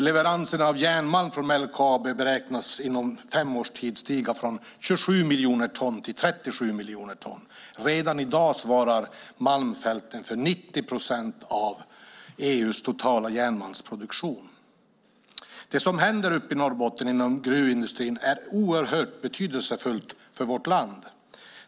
Leveransen av järnmalm från LKAB beräknas inom fem års tid stiga från 27 miljoner ton till 37 miljoner ton. Redan i dag svarar Malmfälten för 90 procent av EU:s totala järnmalmsproduktion. Det som händer inom gruvindustrin uppe i Norrbotten är oerhört betydelsefullt för vårt land.